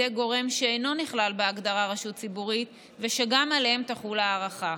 גורם שאינו נכלל בהגדרה "רשות ציבורית" ושגם עליהם תחול ההארכה.